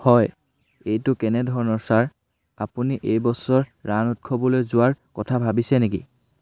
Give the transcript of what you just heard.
হয় এইটো কেনেধৰণৰ ছাৰ আপুনি এই বছৰ ৰান উৎসৱলৈ যোৱাৰ কথা ভাবিছে নেকি